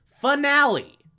Finale